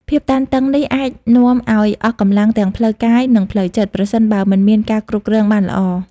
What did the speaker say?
ភាពតានតឹងនេះអាចនាំឱ្យអស់កម្លាំងទាំងផ្លូវកាយ និងផ្លូវចិត្ត ប្រសិនបើមិនមានការគ្រប់គ្រងបានល្អ។